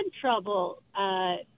trouble